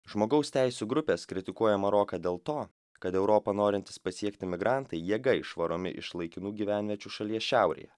žmogaus teisių grupės kritikuoja maroką dėl to kad europą norintys pasiekti migrantai jėga išvaromi iš laikinų gyvenviečių šalies šiaurėje